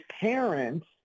parents